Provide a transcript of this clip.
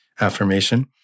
affirmation